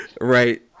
Right